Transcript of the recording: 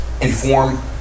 inform